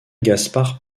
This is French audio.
gaspard